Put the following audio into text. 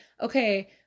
okay